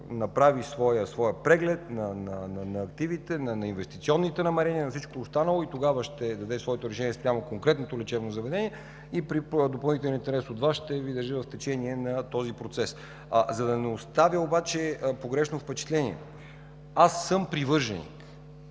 своя преглед на активите, на инвестиционните намерения, на всичко останало и тогава ще даде своето решение спрямо конкретното лечебно заведение и при допълнителен интерес от Вас ще Ви държа в течение на този процес. За да не оставя обаче погрешно впечатление: аз съм привърженик